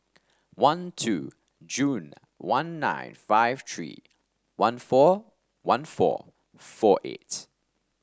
one two June one nine five three one four one four four eight